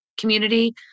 community